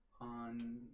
on